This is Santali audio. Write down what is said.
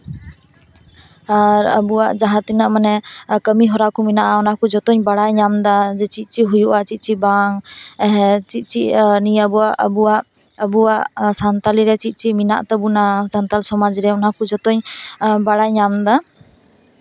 ᱟᱨ ᱟᱵᱚᱣᱟᱜ ᱡᱟᱦᱟᱸᱛᱤᱱᱟᱹᱜ ᱢᱟᱱᱮ ᱠᱟᱹᱢᱤᱦᱚᱨᱟ ᱠᱚ ᱢᱮᱱᱟᱜᱼᱟ ᱚᱱᱟ ᱠᱚ ᱡᱷᱚᱛᱚᱧ ᱵᱟᱲᱟᱭ ᱧᱟᱢᱫᱟ ᱟᱨ ᱪᱮᱫ ᱦᱩᱭᱩᱜᱼᱟ ᱪᱮᱫᱼᱪᱮᱫ ᱵᱟᱝ ᱮᱦᱮᱸ ᱪᱮᱫᱼᱪᱮᱫ ᱱᱤᱭᱟᱹ ᱠᱚ ᱟᱵᱚᱣᱟᱜ ᱥᱟᱱᱛᱟᱲᱤ ᱨᱮ ᱪᱮᱫᱼᱪᱮᱫ ᱢᱮᱱᱟᱜ ᱛᱟᱵᱚᱱᱟ ᱥᱟᱱᱛᱟᱲ ᱥᱚᱢᱟᱡᱽ ᱨᱮ ᱚᱱᱟ ᱠᱚ ᱡᱚᱛᱚ ᱵᱟᱲᱟᱭ ᱧᱟᱢᱫᱟ